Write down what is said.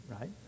right